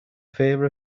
fear